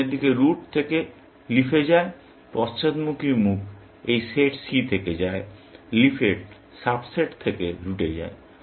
সামনের দিকে রুট থেকে লিফ এ যায় পশ্চাৎমুখী মুখ এই সেট c থেকে যায় লিফ এর সাবসেট থেকে রুটে যায়